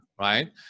right